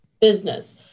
business